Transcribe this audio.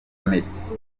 messi